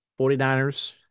49ers